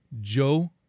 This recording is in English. Joe